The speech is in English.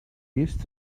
used